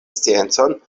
sciencon